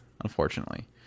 unfortunately